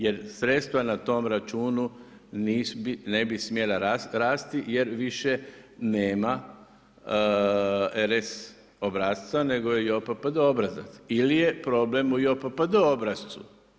Jer sredstva na tom računu ne bi smijala rasti, jer više nema RES obrasca nego JOPPD obrazac ili je problem u JOPPD obrascu.